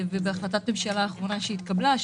ובהחלטת הממשלה האחרונה שהתקבלה,